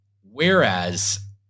whereas